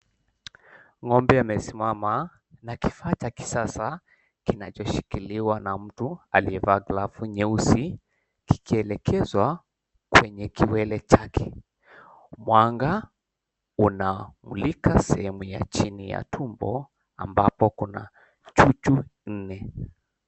Ng'ombe amesimama na kifaa cha kisasa kinachoshikiliwa na mtu aliyevaa glavu nyeusi kikielekezwa kwenye kiwele chake. Mwanga unamulika sehemu ya chini ya tumbo ambapo kuna chuchu nne.